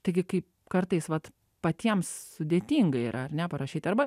taigi kai kartais vat patiems sudėtinga yra ar ne parašyt arba